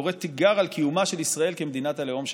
וקוראת תיגר על קיומה של ישראל כמדינת הלאום שלנו.